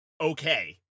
okay